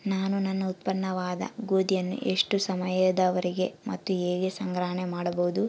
ನಾನು ನನ್ನ ಉತ್ಪನ್ನವಾದ ಗೋಧಿಯನ್ನು ಎಷ್ಟು ಸಮಯದವರೆಗೆ ಮತ್ತು ಹೇಗೆ ಸಂಗ್ರಹಣೆ ಮಾಡಬಹುದು?